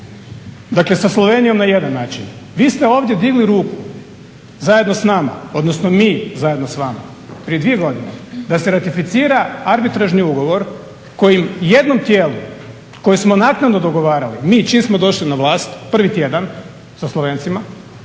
Dakle, sa Slovenijom na jedan način. Vi ste ovdje digli ruku zajedno s nama, odnosno mi zajedno s vama prije dvije godine da se ratificira Arbitražni ugovor koji jednom tijelu koje smo naknadno dogovarali, mi čim smo došli na vlast prvi tjedan sa Slovencima